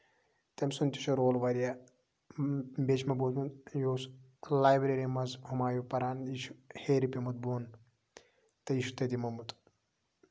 تٔمۍ سُند تہِ چھُ رول واریاہ بیٚیہِ چھُ مےٚ بوٗزمُت یہِ اوس لایبرٔری منٛز ہِمایوٗ پَران یہِ چھُ ہیرِ پیمُت بوٚن تہٕ یہِ چھُ تٔتی موٚمُت